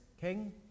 king